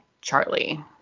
Charlie